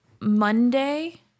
Monday